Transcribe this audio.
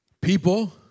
people